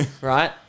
Right